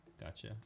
Gotcha